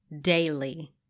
Daily